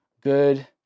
good